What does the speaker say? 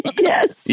Yes